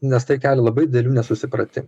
nes tai kelia labai didelių nesusipratimų